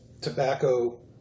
Tobacco